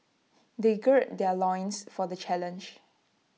they gird their loins for the challenge